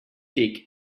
dick